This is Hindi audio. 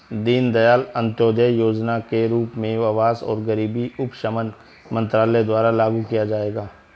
दीनदयाल अंत्योदय योजना के रूप में आवास और गरीबी उपशमन मंत्रालय द्वारा लागू किया जाएगा